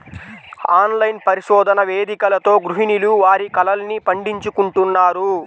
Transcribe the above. online పరిశోధన వేదికలతో గృహిణులు వారి కలల్ని పండించుకుంటున్నారు